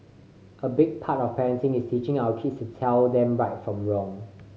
a big part of parenting is teaching our kids to tell them right from wrong